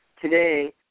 Today